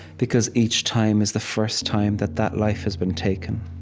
because each time is the first time that that life has been taken.